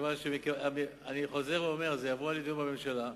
מכיוון שאני חוזר ואומר: זה יבוא לדיון בממשלה,